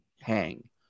hang